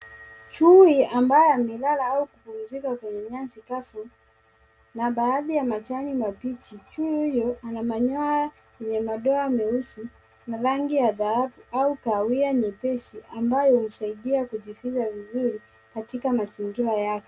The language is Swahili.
Chui ambaye amelala au kupumzika kwenye nyasi kavu na baadhi ya majani mabichi. Chui huyu ana manyoya yenye madoa meusi na rangi ya dhahabu au kahawia nyepesi ambayo husaidia kujificha vizuri katika mazingira yake.